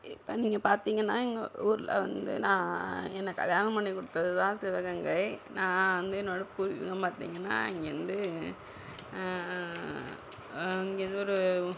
இப்போ நீங்கள் பார்த்தீங்கன்னா எங்கள் ஊரில் வந்து நான் என்ன கல்யாணம் பண்ணி கொடுத்ததுதான் சிவகங்கை நான் வந்து என்னோடய பூர்வீகம் பார்த்தீங்கன்னா அங்கேயிருந்து அங்கேயிருந்து ஒரு